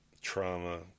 trauma